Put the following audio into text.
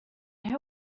who